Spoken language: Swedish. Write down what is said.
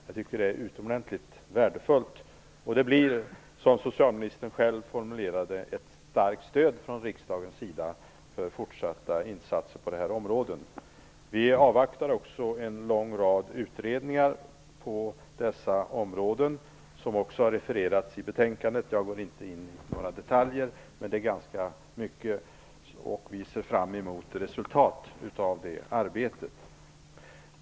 Jag tycker att det är utomordentligt värdefullt. Det blir, som socialministern själv formulerade det, ett starkt stöd från riksdagens sida för fortsatta insatser på detta område. Vi avvaktar också en lång rad utredningar på dessa områden, som har refererats i betänkandet. Jag går inte in på några detaljer, men det är ganska mycket. Vi ser fram emot resultat av det arbetet.